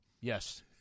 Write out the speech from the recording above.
Yes